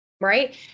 Right